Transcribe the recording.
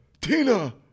Tina